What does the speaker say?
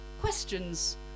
questions